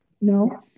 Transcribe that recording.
no